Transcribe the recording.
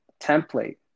template